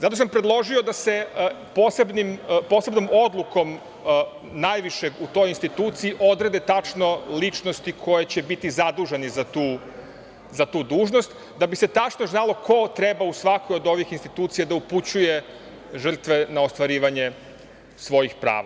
Zato sam predložio da se posebnom odlukom najvišom u toj instituciji odrede tačno ličnosti koje će biti zadužene za tu dužnost, da bi se tačno znalo ko treba u svakoj od ovih institucija da upućuje žrtve na ostvarivanje svojih prava.